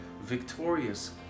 victorious